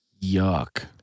Yuck